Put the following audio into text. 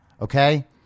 okay